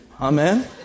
Amen